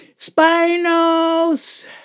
Spinos